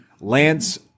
Lance